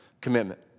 commitment